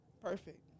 Perfect